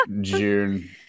June